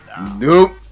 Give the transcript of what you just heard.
Nope